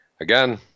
again